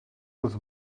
was